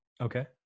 Okay